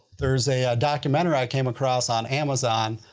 there's a documentary i came across on amazon,